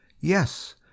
Yes